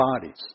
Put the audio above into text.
bodies